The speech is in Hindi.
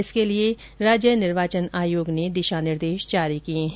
इसके लिए राज्य निर्वाचन आयोग ने दिशा निर्देश जारी किये हैं